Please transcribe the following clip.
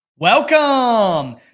Welcome